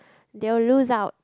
they will lose out